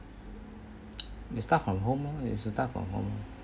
we start from home lah we start from home